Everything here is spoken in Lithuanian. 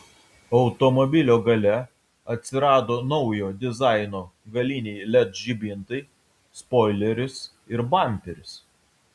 automobilio gale atsirado naujo dizaino galiniai led žibintai spoileris ir bamperis